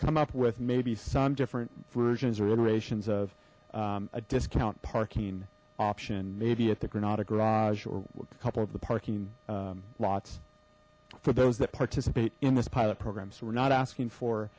come up with maybe some different versions or iterations of a discount parking option maybe at the granada garage or a couple of the parking lots for those that participate in this pilot program so we're not asking